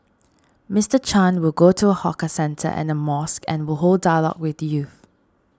Mister Chan will go to a hawker centre and a mosque and hold a dialogue with youth